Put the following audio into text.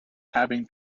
having